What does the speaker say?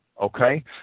okay